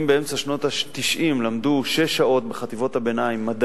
שאם באמצע שנות ה-90 למדו שש שעות מדעים בחטיבות הביניים,